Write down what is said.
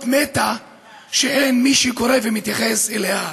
מתה שאין מי שקורא אותה ומתייחס אליה.